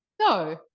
No